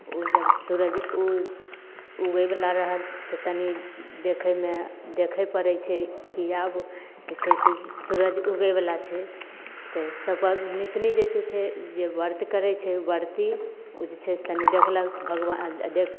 ओ जब सूरज उगयवला रहल तऽ तनी देखयमे देखय पड़य छै की आब जे छै से सूरज उगयवला छै तऽ सब पबनैतनी जे छै जे व्रत करय छै व्रती उ जे छै से तनी देखलक भगवान देख